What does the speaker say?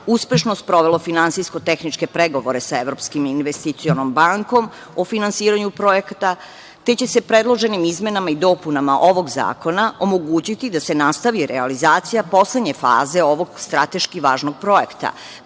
uspešno sprovelo finansijsko-tehničke pregovore sa Evropskom investicionom bankom o finansiranju projekta, te će se predloženim izmenama i dopunama ovog zakona omogućiti da se nastavi realizacija poslednje faze ovog strateški važnog projekta,